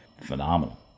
Phenomenal